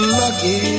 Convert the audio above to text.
lucky